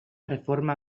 reforma